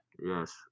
Yes